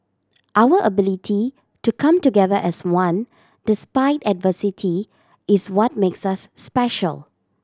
our ability to come together as one despite adversity is what makes us special